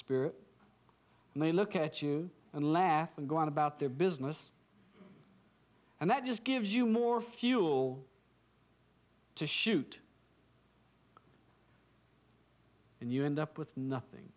spirit and they look at you and laugh and go on about their business and that just gives you more fuel to shoot and you end up with nothing